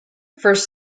first